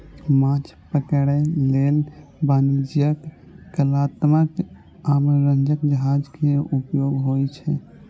माछ पकड़ै लेल वाणिज्यिक, कलात्मक आ मनोरंजक जहाज के उपयोग होइ छै